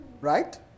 Right